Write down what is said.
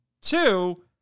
Two